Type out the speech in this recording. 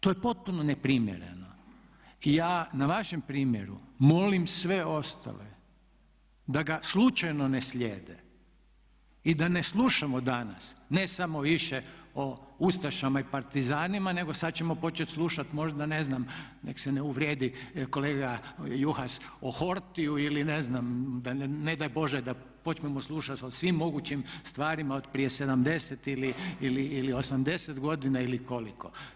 To je potpuno neprimjereno i ja na vašem primjeru molim sve ostale da ga slučaju ne slijede i da ne slušamo danas, ne samo više o ustašama i partizanima, nego sad ćemo početi slušati možda ne znam nek se ne uvrijedi kolega Juhas o Hortiju ili ne znam ne daj Bože da počnemo slušati o svim mogućim stvarima od prije 70 ili 80 godina ili koliko.